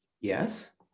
Yes